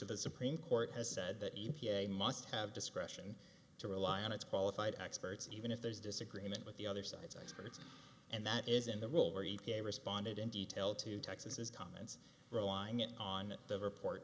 the supreme court has said that e t a must have discretion to rely on its qualified experts even if there's disagreement with the other side's experts and that isn't the rule where e p a responded in detail to texas comments relying on the report